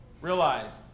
realized